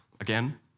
Again